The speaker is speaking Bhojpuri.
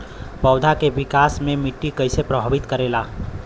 पौधा के विकास मे मिट्टी कइसे प्रभावित करेला?